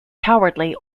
cowardly